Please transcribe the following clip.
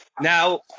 Now